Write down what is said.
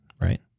right